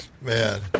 Man